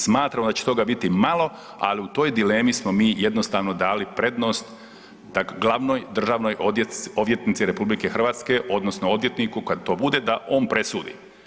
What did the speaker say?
Smatramo da će toga biti malo, ali u toj dilemi smo mi jednostavno dali prednost, dakle glavnoj državnoj odvjetnici RH, odnosno odvjetniku, kad to bude, da on presudi.